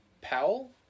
Powell